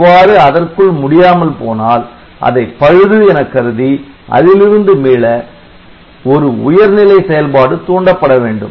அவ்வாறு அதற்குள் முடியாமல் போனால் அதை பழுது எனக் கருதி அதிலிருந்து மீள ஒரு உயர்நிலை செயல்பாடு தூண்டப்பட வேண்டும்